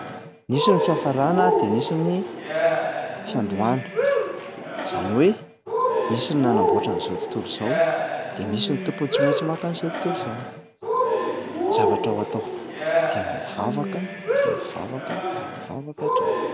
Nisy ny fiafarana de nisy ny fiandohana. Zany hoe nisy ny nanamboatra an'zao tontolo zao de misy ny tompony tsy maintsy maka an'zao tontolo zao, ny zavatra hoe atao de ny mivavaka, ny mivavaka, mivavaka hatrany.